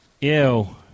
Ew